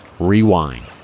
Rewind